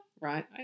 right